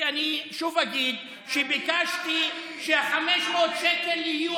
כי אני שוב אגיד שביקשתי ש-500 השקלים יהיו